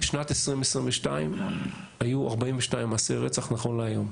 בשנת 2022 היו 42 מעשי רצח, נכון להיום.